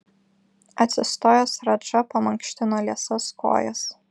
atsistojęs radža pamankštino liesas kojas